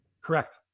Correct